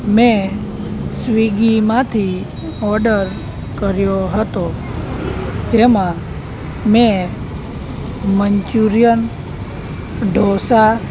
મેં સ્વીગીમાંથી ઓડર કર્યો હતો તેમા મેં મન્ચુરિયન ઢોસા